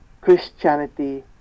Christianity